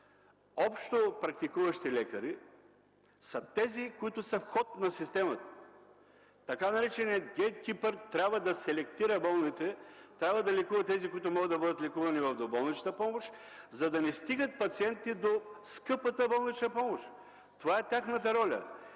общопрактикуващите лекари са тези, които са вход на системата. Така нареченият гейткипър трябва да селектира болните, да лекува тези, които могат да бъдат лекувани в доболничната помощ, за да не стигат пациентите до скъпата болнична помощ! Това е тяхната роля.